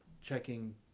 checking